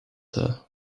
her